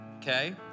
Okay